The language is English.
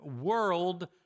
world